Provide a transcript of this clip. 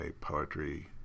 poetry